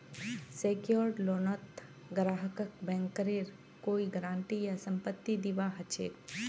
secured लोनत ग्राहकक बैंकेर कोई गारंटी या संपत्ति दीबा ह छेक